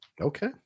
Okay